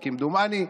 כמדומני,